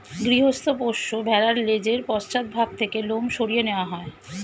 গৃহস্থ পোষ্য ভেড়ার লেজের পশ্চাৎ ভাগ থেকে লোম সরিয়ে নেওয়া হয়